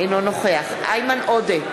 אינו נוכח איימן עודה,